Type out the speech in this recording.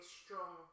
strong